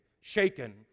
shaken